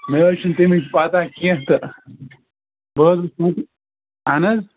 مےٚ حظ چھِنہٕ تَمِچ پَتہ کیٚنٛہہ تہٕ بہٕ حظ وٕچھ تویتہِ اَہن حظ